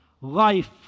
life